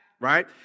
right